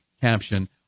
caption